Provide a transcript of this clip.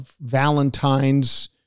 Valentine's